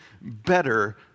better